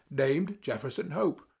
named jefferson hope,